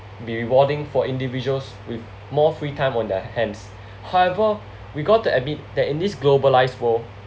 be rewarding for individuals with more free time on their hands however we got to admit that in this globalised world